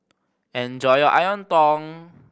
enjoy your